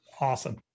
Awesome